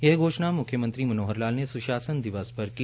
यह घोषणा मुख्यमंत्री श्री मनोहर लाल ने सुशासन दिवस पर की